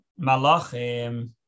Malachim